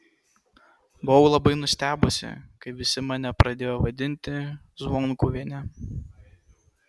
buvau labai nustebusi kai visi mane pradėjo vadinti zvonkuviene